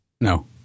No